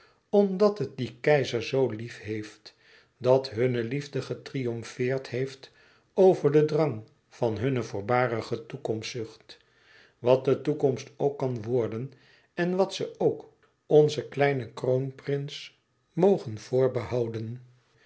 omdat het dien keizer zoo liefheeft dat hunne liefde getriomfeerd heeft over den drang van hunne voorbarige toekomstzucht wat de toekomst ook kan worden en wat ze ook onzen kleinen kroonprins moge voorbehouden